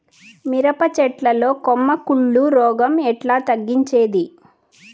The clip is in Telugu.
మిరప చెట్ల లో కొమ్మ కుళ్ళు రోగం ఎట్లా తగ్గించేది?